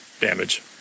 damage